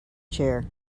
chair